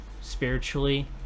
spiritually